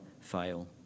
fail